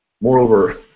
Moreover